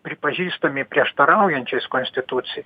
pripažįstami prieštaraujančiais konstitucijai